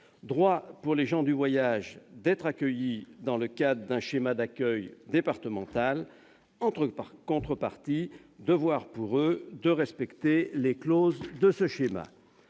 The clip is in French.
droit pour les gens du voyage d'être accueillis, dans le cadre d'un schéma d'accueil départemental, et, en contrepartie, devoir pour eux de respecter les clauses de ce schéma